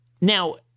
now